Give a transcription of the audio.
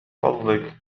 فضلك